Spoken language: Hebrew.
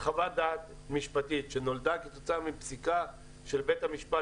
חוות דעת משפטית שנולדה כתוצאה מפסיקה של בית המשפט